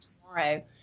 tomorrow